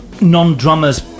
non-drummers